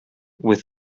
with